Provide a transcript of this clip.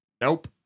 Nope